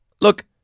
look